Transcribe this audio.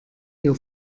ihr